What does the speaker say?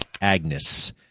Agnes